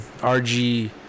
RG